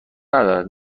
ندارد